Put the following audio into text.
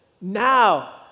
Now